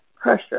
pressure